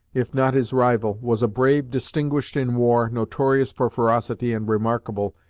if not his rival, was a brave distinguished in war, notorious for ferocity, and remarkable,